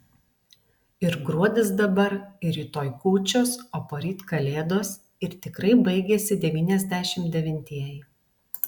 ir gruodis dabar ir rytoj kūčios o poryt kalėdos ir tikrai baigiasi devyniasdešimt devintieji